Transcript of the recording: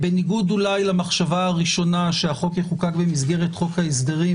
בניגוד אולי למחשבה הראשונה שהחוק יחוקק במסגרת חוק ההסדרים,